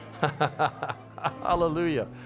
Hallelujah